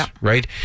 right